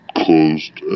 closed